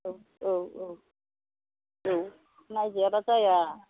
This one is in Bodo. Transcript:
औ औ औ औ नायजायाबा जाया